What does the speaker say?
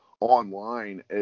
online